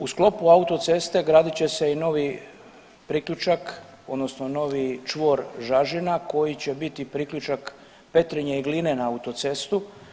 U sklopu autoceste gradit će se i novi priključak odnosno novi čvor Žažina koji će biti priključak Petrinje i Gline na autocestu.